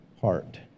heart